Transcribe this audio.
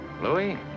Louis